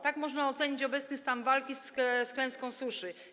Tak można ocenić obecny stan walki z klęską suszy.